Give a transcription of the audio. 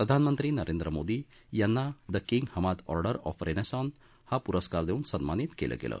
प्रधानमंत्री नरेंद्र मोदी यांना the King Hamad Order of Renaissance हा पुरस्कार देवून सन्मानित केलं गेलं